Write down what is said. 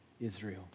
Israel